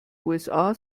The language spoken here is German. usa